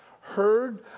heard